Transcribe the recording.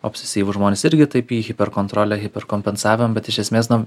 obsisyvūs žmonės irgi taip į hiperkontrolę hiperkompensavimą nu bet iš esmės na